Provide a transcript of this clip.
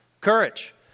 courage